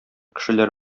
кешеләр